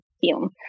film